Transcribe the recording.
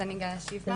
אז אני גאיה שיפמן,